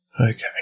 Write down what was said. Okay